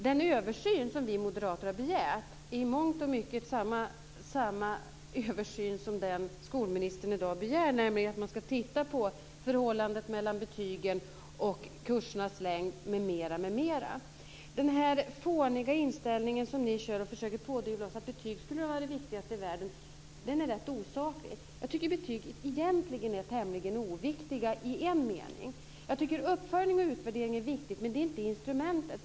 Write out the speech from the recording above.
Den översyn som vi moderater har begärt är i mångt och mycket samma översyn som skolministern i dag begär, nämligen att man ska titta på förhållandet mellan betygen och kursernas längd m.m. Ni försöker pådyvla oss den fåniga inställningen att betyg skulle vara det viktigaste i världen. Det är rätt osakligt. Jag tycker att betyg egentligen är tämligen oviktiga i en mening. Uppföljning och utvärdering är viktigt, men det är inte instrumentet.